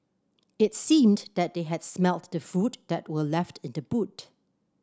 it seemed that they had smelt the food that were left in the boot